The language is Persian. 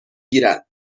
گیرد